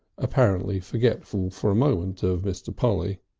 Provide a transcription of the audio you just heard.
apparently forgetful for a moment of mr. polly.